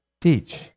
teach